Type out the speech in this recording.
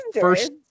first